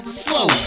slow